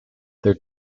their